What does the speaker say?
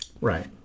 right